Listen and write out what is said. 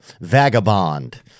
vagabond